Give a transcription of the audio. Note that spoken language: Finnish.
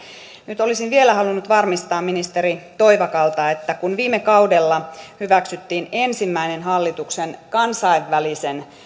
nyt olisin vielä halunnut varmistaa ministeri toivakalta että kun viime kaudella hyväksyttiin ensimmäinen hallituksen kansainvälisen